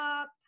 up